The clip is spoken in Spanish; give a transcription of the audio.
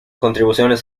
contribuciones